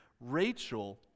Rachel